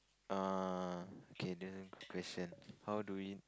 err okay this one good question how do we